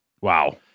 Wow